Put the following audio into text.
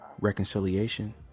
reconciliation